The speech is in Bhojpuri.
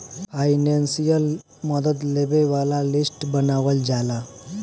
फाइनेंसियल मदद लेबे वाला लिस्ट बनावल जाला